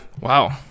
wow